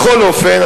בכל אופן,